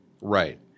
Right